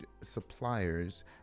suppliers